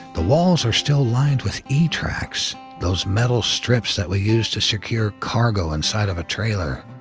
the walls are still lined with e tracks those metal strips that we use to secure cargo inside of a trailer.